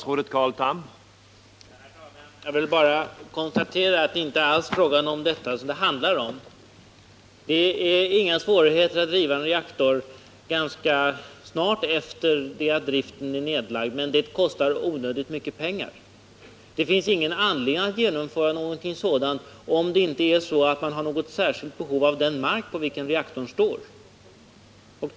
Herr talman! Jag vill bara konstatera att det inte alls är detta som det handlar om. Det är inga svårigheter med att riva en reaktor ganska snart efter det att driften blivit nedlagd, men det kostar onödigt mycket pengar. Det finns ingen anledning att genomföra någonting sådant om man inte har ett särskilt behov av den mark på vilken reaktorn står.